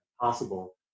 possible